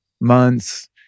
months